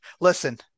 listen